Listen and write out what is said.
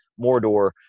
Mordor